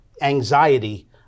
anxiety